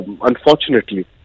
unfortunately